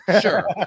Sure